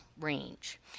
range